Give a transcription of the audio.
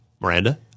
miranda